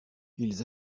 ils